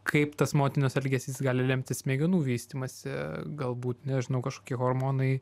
kaip tas motinos elgesys gali lemti smegenų vystymąsi galbūt nežinau kažkokie hormonai